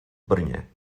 brně